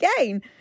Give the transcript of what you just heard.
again